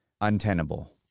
untenable